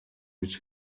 гэж